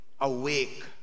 Awake